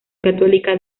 católica